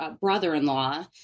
brother-in-law